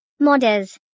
Modders